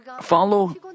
follow